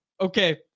Okay